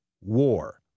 war